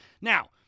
Now